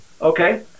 okay